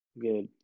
Good